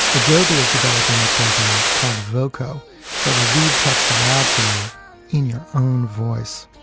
adobe is developing a program called voco that will read text aloud for you in your own voice.